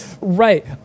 Right